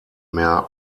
mehr